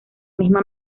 misma